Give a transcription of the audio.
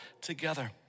together